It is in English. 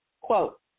quote